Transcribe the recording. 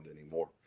anymore